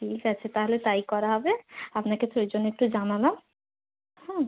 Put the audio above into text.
ঠিক আছে তাহলে তাই করা হবে আপনাকে প্রয়োজনে একটু জানালাম হুম